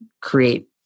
create